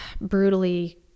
brutally